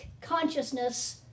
consciousness